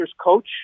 coach